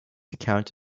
account